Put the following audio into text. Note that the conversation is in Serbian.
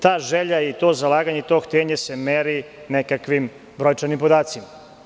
Ta želja i to zalaganje i to htenje se mere nekakvim brojčanim podacima.